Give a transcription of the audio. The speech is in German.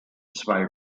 zwei